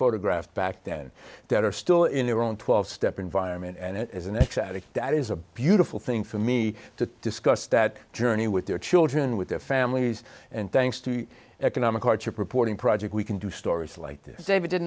photographed back then that are still in their own twelve step environment and it is an exciting that is a beautiful thing for me to discuss that journey with their children with their families and thanks to economic hardship reporting project we can do stories like